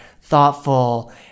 thoughtful